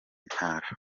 ntara